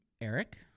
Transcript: Eric